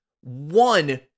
one